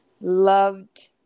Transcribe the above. Loved